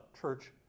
church